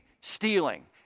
stealing